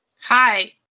Hi